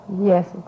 Yes